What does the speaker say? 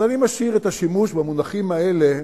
אז אני משאיר את השימוש במונחים האלה,